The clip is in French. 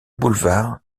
boulevard